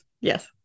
Yes